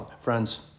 friends